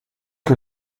que